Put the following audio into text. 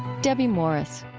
debbie morris.